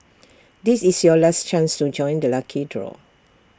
this is your last chance to join the lucky draw